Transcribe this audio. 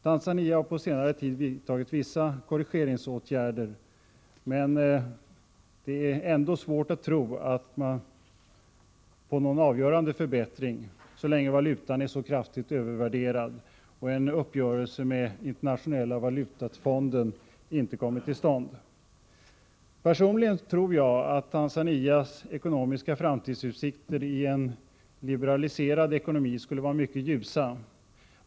Tanzania har på senare tid vidtagit vissa korrigeringsåtgärder, men det är ändå svårt att tro på någon avgörande förbättring, så länge valutan är kraftigt övervärderad och en uppgörelse med Internationella valutafonden inte kommit till stånd. Personligen tror jag att Tanzanias ekonomiska framtidsutsikter med en liberaliserad ekonomi skulle vara mycket ljusa.